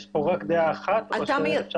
יש פה רק דעה אחת או שאפשר להציג גם דעה אחרת?